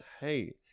hey